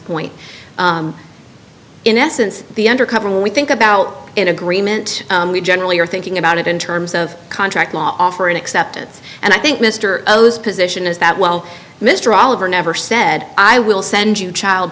point in essence the undercover we think about in agreement we generally are thinking about it in terms of contract offer and acceptance and i think mr o's position is that well mr oliver never said i will send you child